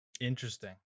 Interesting